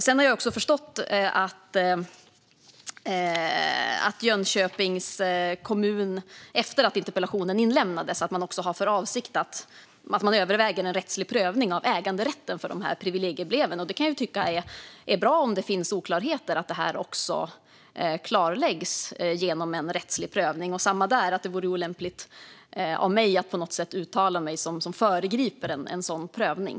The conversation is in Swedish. Jag har också förstått att Jönköpings kommun efter att interpellationen inlämnades har meddelat att man överväger en rättslig prövning av äganderätten för privilegiebreven. Om det finns oklarheter kan jag tycka att det är bra att detta klarläggs genom en rättslig prövning. Det är samma sak där; det vore olämpligt av mig att på något sätt uttala mig om och föregripa en sådan prövning.